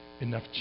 enough